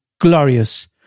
glorious